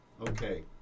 okay